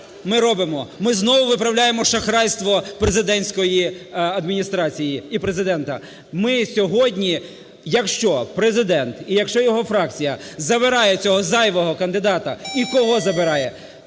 Ми знову виправляємо шахрайство президентської адміністрації і Президента. Ми сьогодні, якщо Президент і якщо його фракція забирають цього зайвого кандидата і кого забирає,